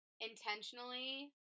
intentionally